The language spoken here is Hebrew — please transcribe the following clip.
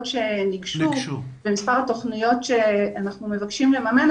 שניגשו ומספר התוכניות שאנחנו מבקשים לממן,